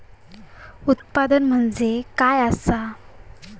उत्पादन म्हणजे काय असा?